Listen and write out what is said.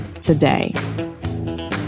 today